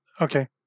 Okay